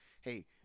hey